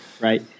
Right